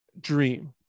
dream